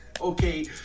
okay